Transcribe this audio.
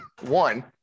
one